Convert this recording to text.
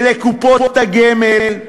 ולקופות הגמל.